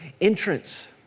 entrance